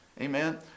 amen